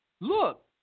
Look